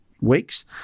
weeks